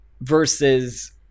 versus